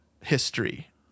history